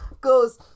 goes